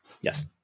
Yes